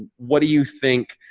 what do you think?